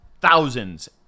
thousands